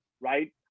right